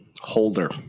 Holder